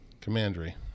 Commandery